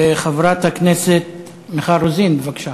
חברת הכנסת מיכל רוזין, בבקשה.